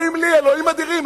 אלוהים אדירים,